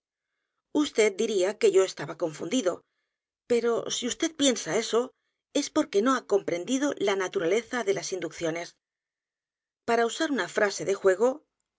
vd diría que yo estaba confundido pero si vd piensa eso es porque no h a comprendido lá naturaleza de las inducciones p a r a usar una frase de juego